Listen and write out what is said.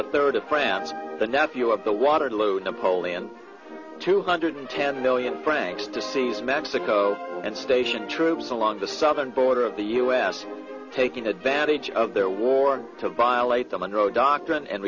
the third of france the nephew of the waterloo napoleon two hundred ten million francs to seize mexico and stationed troops along the southern border of the u s taking advantage of their war to violate the monroe doctrine and